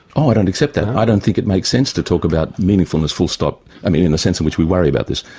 oh, i don't accept that, i don't think it makes sense to talk about meaningfulness full stop, i mean, in the sense in which we worry about this.